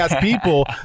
people